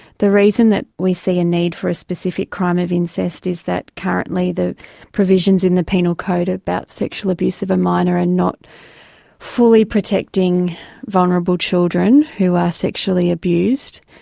the reason that we see a need for a specific crime of incest is that currently the provisions in the penal code are about sexual abuse of a minor and not fully protecting vulnerable children who are sexually abused.